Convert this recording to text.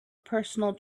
personal